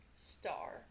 Star